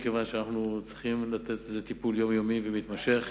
מכיוון שאנחנו צריכים לתת לזה טיפול יומיומי ומתמשך,